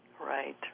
right